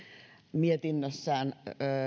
mietinnössään